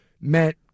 meant